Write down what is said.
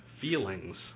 Feelings